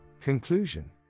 Conclusion